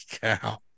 cow